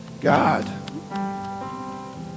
God